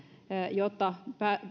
jotta